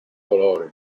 colori